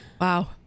wow